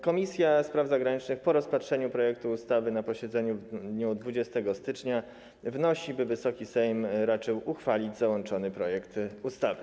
Komisja Spraw Zagranicznych po rozpatrzeniu projektu ustawy na posiedzeniu w dniu 20 stycznia wnosi, by Wysoki Sejm raczył uchwalić załączony projekt ustawy.